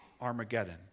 Armageddon